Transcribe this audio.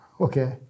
Okay